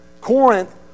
Corinth